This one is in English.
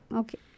okay